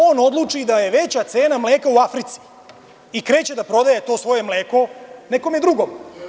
On odluči da je veća cena u Africi i kreće da prodaje to svoje mleko nekom drugom.